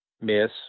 miss